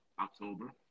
October